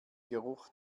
geruch